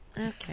okay